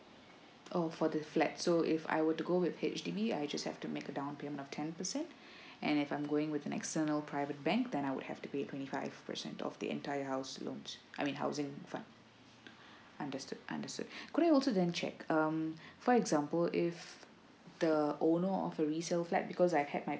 oh for the flat so if I were to go with H_D_B I just have to make a down payment of ten percent and if I'm going with an external private bank then I would have to pay twenty five percent of the entire house loan I mean housing fund understood understood could I also then check um for example if the owner of a resale flat because I've had my